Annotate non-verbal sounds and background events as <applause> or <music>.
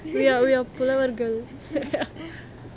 ya we're புலவர்கள்:pulavargal <laughs>